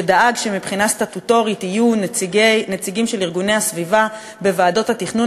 שדאג שמבחינה סטטוטורית יהיו נציגים של ארגוני הסביבה בוועדות התכנון,